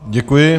Děkuji.